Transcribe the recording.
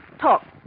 Talk